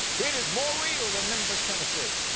it is more real than memphis, tennessee.